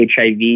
HIV